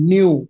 New